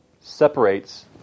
separates